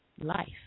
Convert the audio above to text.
life